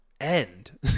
end